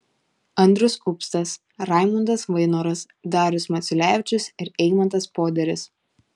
andrius upstas raimundas vainoras darius maciulevičius ir eimantas poderis